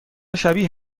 شبیه